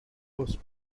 was